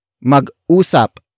Mag-usap